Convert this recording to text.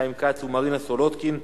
חיים כץ ומרינה סולודקין,